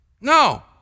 No